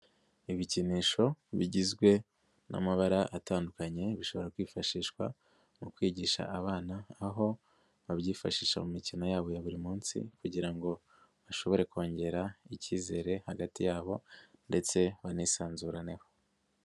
Ibikinisho bigizwe n'amabara atandukanye, bishobora kwifashishwa mu kwigisha abana, aho babyifashisha mu mikino yabo ya buri munsi kugira ngo bashobore kongera icyizere hagati yabo ndetse banisanzuraneho.